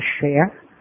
share